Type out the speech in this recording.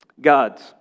gods